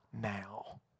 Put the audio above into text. now